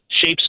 shapes